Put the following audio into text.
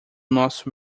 nosso